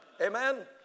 Amen